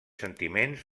sentiments